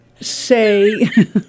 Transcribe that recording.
say